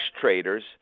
traders